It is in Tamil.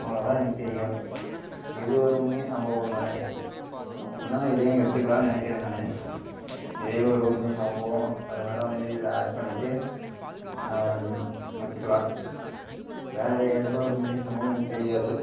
அவ்வளோ தான் எனக்கு தெரியும் இது ஒரு உண்மை சம்பவம் தானே அப்படின்னா இதையும் எடுத்துக்கலாம் நினக்கிறேன் நான் இதே ஒரு உண்மை சம்பவம் அதனால வந்து இதில் ஆட் பண்ணிட்டு வச்சுக்கலாம் வேறே எந்த ஒரு உண்மை சம்பவம் எனக்கு தெரியாது